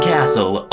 Castle